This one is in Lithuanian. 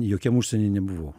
jokiam užsieny nebuvau